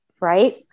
right